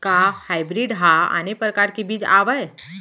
का हाइब्रिड हा आने परकार के बीज आवय?